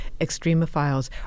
extremophiles